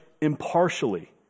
impartially